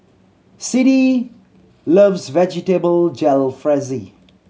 Siddie loves Vegetable Jalfrezi